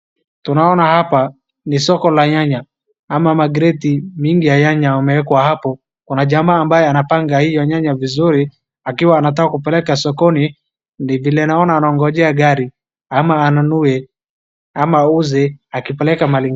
Tunaona hapa ni soko la nyanya ama makreti mingi ya nyanya yamewekwa hapo, kuna jamaa ambaye anapanga hiyo nyanya vizuri akiwa anataka kupeleka sokoni, vile naona anangojea gari, ama anunue ama auze akipeleka mahali ingine.